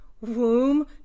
womb